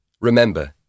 Remember